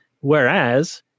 whereas